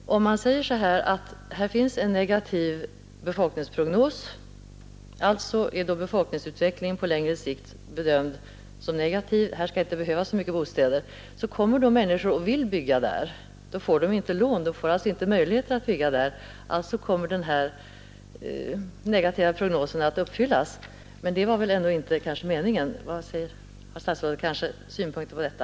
Man säger att det här finns en negativ befolkningsprognos, att befolkningsutvecklingen på längre sikt bedöms som negativ, och här skall inte byggas så mycket bostäder. Så kommer människor och vill bygga på den platsen. Då får de inte lån och har inte möjligheter att bygga där. Alltså kommer denna negativa prognos att uppfyllas. Men det var väl ändå inte meningen. Har statsrådet kanske synpunkter på detta?